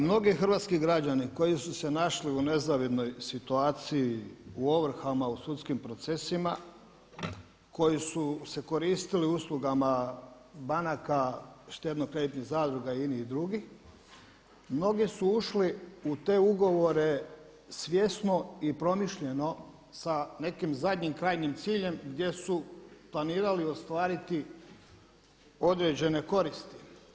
Mnogi hrvatski građani koji su se našli u nezavidnoj situaciji u ovrhama, u sudskim procesima, koji su se koristili uslugama banaka štedno-kreditnih zadruga i inih drugih mnogi su ušli u te ugovore svjesno i promišljeno sa nekim zadnjim krajnjim ciljem gdje su planirali ostvariti određene koristi.